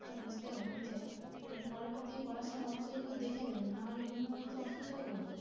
আচ্ছা বুঝতে পারি নি যাই হোক আপনি পরেরবার থেকে করার সময় অবশ্যই এগুলো দেখে নেবেন নাহলে বিভিন্ন মানুষ তো অসুবিধায় পড়বে